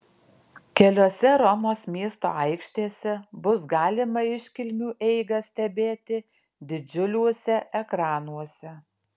keliose romos miesto aikštėse bus galima iškilmių eigą stebėti didžiuliuose ekranuose